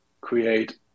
create